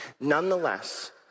Nonetheless